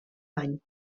bany